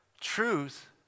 truth